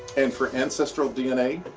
and for ancestral dna,